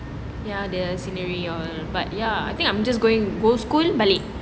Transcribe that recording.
ya the scenery all but ya I think I'm just going go school late